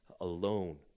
alone